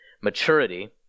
maturity